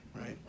right